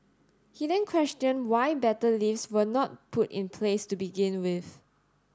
he then questioned why better lifts were not put in place to begin with